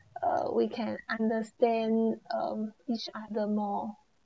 uh we can understand um each other more